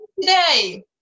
Today